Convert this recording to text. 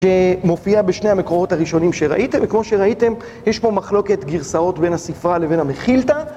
שמופיע בשני המקורות הראשונים שראיתם, וכמו שראיתם, יש פה מחלוקת גרסאות בין הספרה לבין המחילתה.